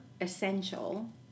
essential